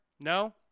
No